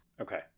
okay